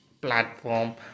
platform